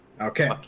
Okay